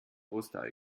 osterei